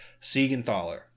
Siegenthaler